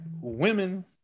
women